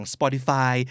Spotify